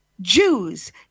Jews